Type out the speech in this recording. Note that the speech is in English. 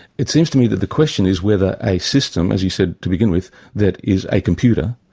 it seems to me that the question is whether a system, as you said to begin with, that is a computer,